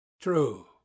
True